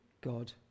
God